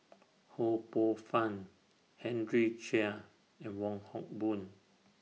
Ho Poh Fun Henry Chia and Wong Hock Boon